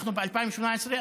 אנחנו ב-2018,